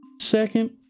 Second